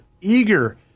eager